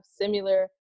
similar